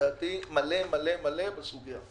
לדעתי מלא מלא מלא בסוגיה.